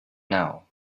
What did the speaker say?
now